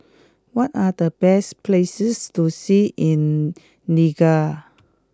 what are the best places to see in Niger